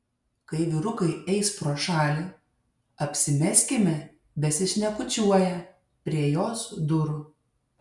kai vyrukai eis pro šalį apsimeskime besišnekučiuoją prie jos durų